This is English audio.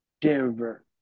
Denver